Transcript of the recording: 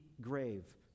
grave